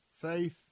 faith